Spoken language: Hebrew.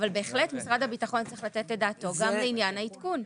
אבל בהחלט משרד הביטחון צריך לתת את דעתו גם לעניין העדכון.